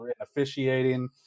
officiating